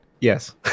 Yes